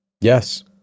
yes